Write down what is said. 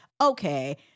okay